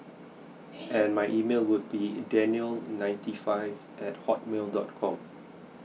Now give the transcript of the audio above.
and my email would be daniel ninety five at hotmail dot com